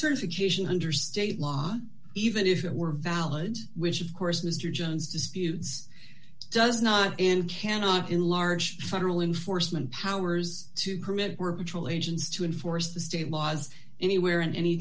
occasion under state law even if it were valid which of course mr jones disputes does not and cannot in large federal enforcement powers to permit were troll agents to enforce the state laws anywhere at any